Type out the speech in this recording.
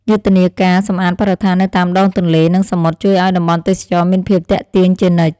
យុទ្ធនាការសម្អាតបរិស្ថាននៅតាមដងទន្លេ និងសមុទ្រជួយឱ្យតំបន់ទេសចរណ៍មានភាពទាក់ទាញជានិច្ច។